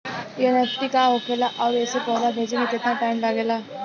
NEFT का होखे ला आउर एसे पैसा भेजे मे केतना टाइम लागेला?